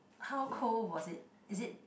how cold was it is it